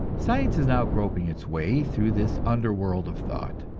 science is now groping its way through this underworld of thought.